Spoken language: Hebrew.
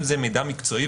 אם זה מידע מקצועי,